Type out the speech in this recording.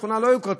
בשכונה לא יוקרתית,